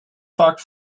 vaak